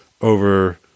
over